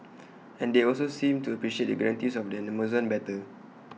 and they also seemed to appreciate the guarantees of an Amazon better